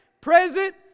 present